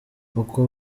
uko